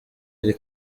iri